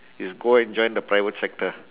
is go and join the private sector